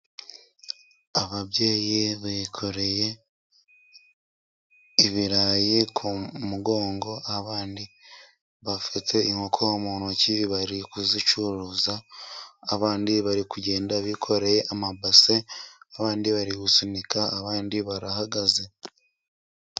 Ababyeyi bakoreye ibirayi ku mugongo, abandi bafashe inkoko mu ntoki, bari kuzicuruza, abandi bari kugenda bikoreye amabase, abandi bari gusunika, abandi barahagaze.